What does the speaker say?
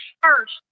first